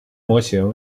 模型